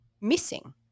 missing